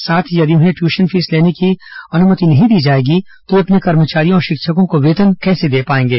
साथ ही यदि उन्हें ट्यूशन फीस लेने की अनुमति नहीं दी जाएगी तो वे अपने कर्मचारियों और शिक्षकों को वेतन कैसे दे पाएंगे